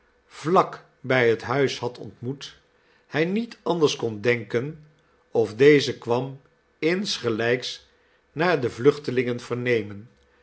vlak bij het huis had ontmoet hij niet anders kon denken of deze kwam insgelijks naar de vluchtelingen vernemen